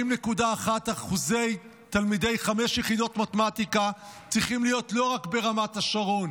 40.1% תלמידי חמש יחידות מתמטיקה צריכים להיות לא רק ברמת השרון,